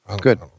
Good